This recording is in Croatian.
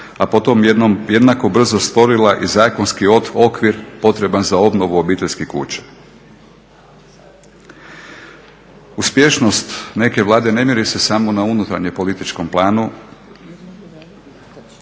a po tom jednako brzo stvorila i zakonski okvir potreban za obnovu obiteljskih kuća. Uspješnost neke Vlade ne mjeri se samo na unutarnjem političkom planu.